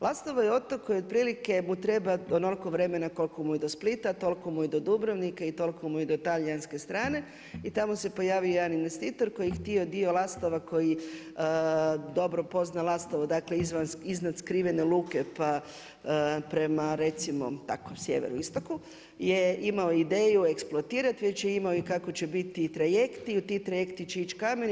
Lastovo je otok koji otprilike mu treba onoliko vremena koliko i do Splita, toliko mu je i do Dubrovnika i toliko mu je i do talijanske strane i tamo se pojavi jedan investitor koji je htio dio Lastova koji dobro pozna Lastovo, dakle, iznad skrivene luke, pa prema, recimo, tako sjeveru istoku, je imao ideju eksploatirati, već je imao i kako će biti i trajekti i ti trajekti će ići kameni i